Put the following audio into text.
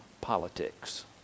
politics